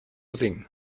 singen